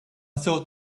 thought